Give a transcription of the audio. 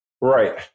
Right